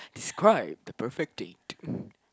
describe the perfect date